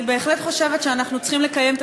אני בהחלט חושבת שאנחנו צריכים לקיים את